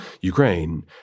Ukraine